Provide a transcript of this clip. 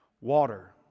water